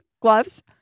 gloves